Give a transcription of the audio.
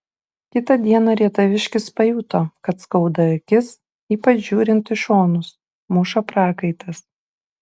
kitą dieną rietaviškis pajuto kad skauda akis ypač žiūrint į šonus muša prakaitas